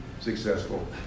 successful